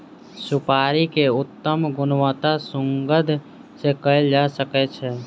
सुपाड़ी के उत्तम गुणवत्ता सुगंध सॅ कयल जा सकै छै